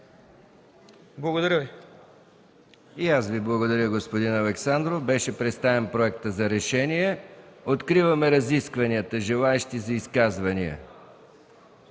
МИХАИЛ МИКОВ: И аз Ви благодаря, господин Александров. Беше представен проектът за решение. Откриваме разискванията. Има ли желаещи за изказвания?